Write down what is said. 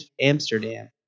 Amsterdam